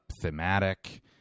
thematic